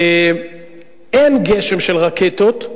אין "גשם" של רקטות.